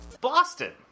Boston